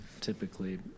typically